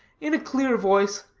in a clear voice,